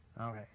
Okay